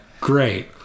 Great